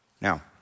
Now